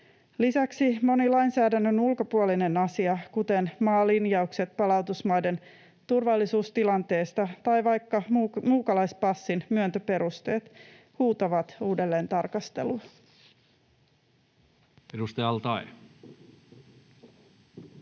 Lisäksi moni lainsäädännön ulkopuolinen asia, kuten maalinjaukset palautusmaiden turvallisuustilanteesta tai vaikka muukalaispassin myöntöperusteet, huutavat uudelleentarkastelua. [Speech 137]